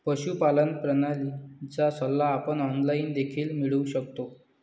पशुपालन प्रणालीचा सल्ला आपण ऑनलाइन देखील मिळवू शकतो